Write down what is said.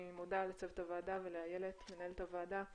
אני מודה לצוות הוועדה ולאיילת מנהלת הוועדה.